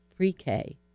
Pre-K